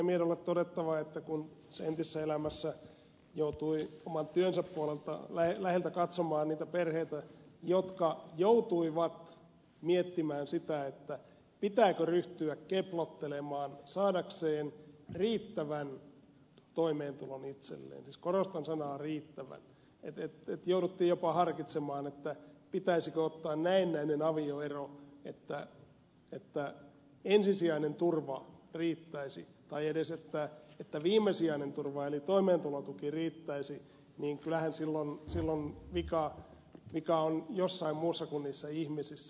miedolle todettava että kun entisessä elämässä joutui oman työnsä puolesta läheltä katsomaan niitä perheitä jotka joutuivat miettimään sitä pitääkö ryhtyä keplottelemaan saadakseen riittävän toimeentulon itselleen korostan sanaa riittävän että jouduttiin jopa harkitsemaan pitäisikö ottaa näennäinen avioero että ensisijainen turva riittäisi tai että edes viimesijainen turva eli toimeentulotuki riittäisi niin kyllähän silloin vika on jossain muussa kuin niissä ihmisissä